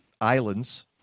islands